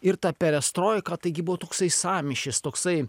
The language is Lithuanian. ir ta perestroika taigi buvo toksai sąmyšis toksai